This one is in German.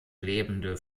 lebende